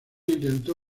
intentó